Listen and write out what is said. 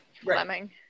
Fleming